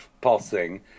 pulsing